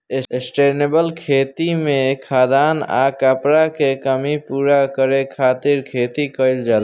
sustainable खेती में खाद्यान आ कपड़ा के कमी पूरा करे खातिर खेती कईल जाला